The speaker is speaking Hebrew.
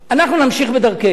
אנחנו נמשיך בדרכנו.